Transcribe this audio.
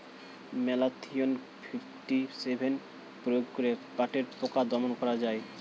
Malathion fifty seven প্রয়োগ করে পাটের পোকা দমন করা যায়?